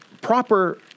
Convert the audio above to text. proper